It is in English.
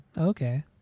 Okay